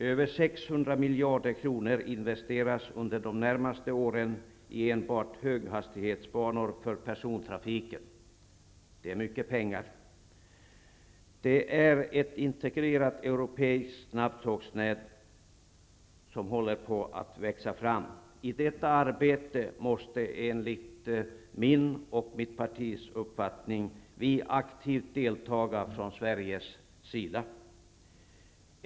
Över 600 miljarder kronor investeras under de närmaste åren enbart i höghastighetsbanor för persontrafiken, vilket är mycket pengar. Det är ett integrerat europeiskt snabbtågnät som håller på att växa fram. I detta arbete måste, enligt min och mitt partis uppfattning, vi i Sverige aktivt delta.